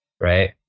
Right